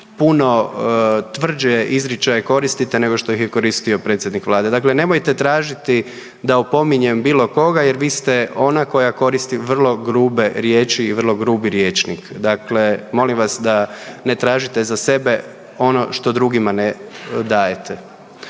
puno tvrđi izričaj koristite nego što ga je koristio predsjednik Vlade. Dakle, nemojte tražiti da opominjem bilo koga jer vi ste ona koja koristi vrlo grube riječi i vrlo grub rječnik. Dakle, molim vas da ne tražite za sebe ono što drugima ne dajete.